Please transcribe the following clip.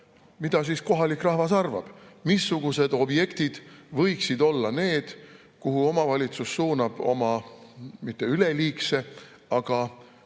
mida kohalik rahvas arvab, missugused objektid võiksid olla need, kuhu omavalitsus suunab oma mitte küll üleliigse, aga